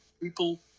People